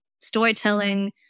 storytelling